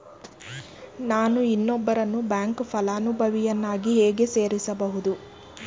ನಾನು ಇನ್ನೊಬ್ಬರನ್ನು ಬ್ಯಾಂಕ್ ಫಲಾನುಭವಿಯನ್ನಾಗಿ ಹೇಗೆ ಸೇರಿಸಬಹುದು?